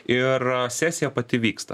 ir sesija pati vyksta